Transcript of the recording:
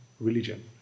religion